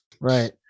right